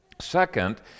Second